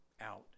out